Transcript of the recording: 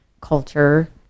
culture